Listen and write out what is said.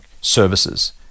services